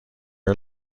are